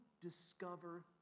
discover